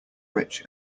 rich